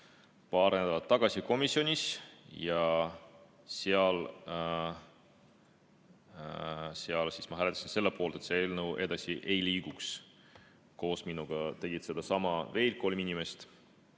paar nädalat tagasi komisjonis. Ja seal ma hääletasin selle poolt, et see eelnõu edasi ei liiguks. Koos minuga tegid sedasama veel kolm inimest.